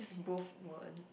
both were